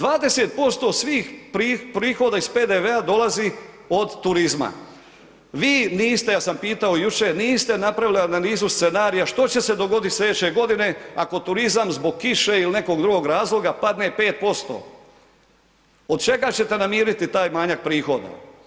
20% svih prihoda iz PDV-a dolazi od turizma, vi niste, ja sam pitao jučer, niste napravili analizu scenarija što će se dogodit slijedeće godine ako turizam zbog kiše ili nekog drugog razloga padne 5%, od čega ćete namiriti taj manjak prihoda?